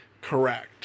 correct